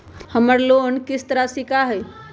हमर लोन किस्त राशि का हई?